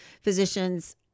physicians